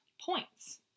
points